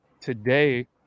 today